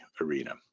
arena